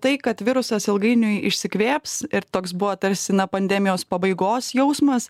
tai kad virusas ilgainiui išsikvėps ir toks buvo tarsi na pandemijos pabaigos jausmas